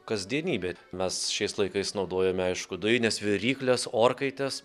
kasdienybė mes šiais laikais naudojame aišku dujines virykles orkaites